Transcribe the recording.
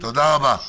תודה רבה.